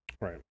Right